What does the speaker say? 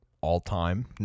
all-time